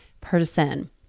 person